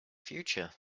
future